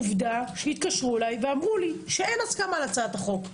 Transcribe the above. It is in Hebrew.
עובדה שהתקשרו אליי ואמרו לי שאין הסכמה להצעת חוק,